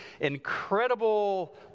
incredible